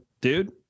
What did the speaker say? dude